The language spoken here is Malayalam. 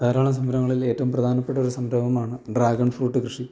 ധാരാളം സംരംഭങ്ങളിൽ ഏറ്റവും പ്രധാനപ്പെട്ടൊരു സംരംഭമാണ് ഡ്രാഗൺ ഫ്രൂട്ട് കൃഷി